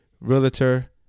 Realtor